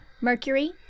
Mercury